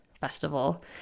festival